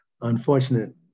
unfortunate